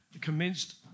commenced